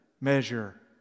measure